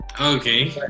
Okay